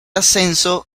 ascenso